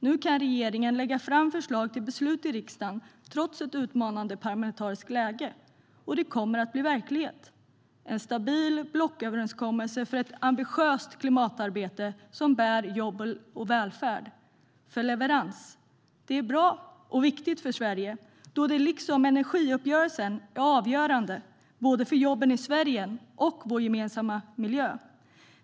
Nu kan regeringen lägga fram förslag till beslut i riksdagen, trots ett utmanande parlamentariskt läge. Det kommer att bli verklighet. Det är en stabil blocköverenskommelse för ett ambitiöst klimatarbete som bär jobb och välfärd för leverans. Det är bra och viktigt för Sverige eftersom det liksom energiuppgörelsen är avgörande för jobben i Sverige och vår gemensamma miljö.